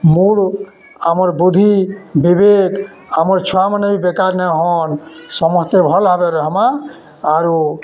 mood ଆମର୍ ବୁଦ୍ଧି ବିବେକ୍ ଆମର୍ ଛୁଆମାନେ ବି ବେକାର୍ ନାଇଁ ହନ୍ ସମସ୍ତେ ଭଲ୍ ଭାବ୍ରେ ରହେମା ଆରୁ